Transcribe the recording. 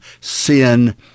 sin